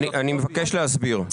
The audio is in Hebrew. אני מבקש להסביר.